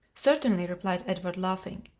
certainly, replied edward, laughing,